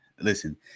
Listen